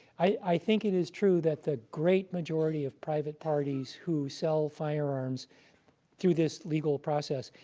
i think it is true that the great majority of private parties who sell firearms through this legal process,